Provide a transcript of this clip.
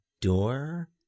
door